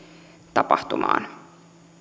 tapahtumaan